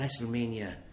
Wrestlemania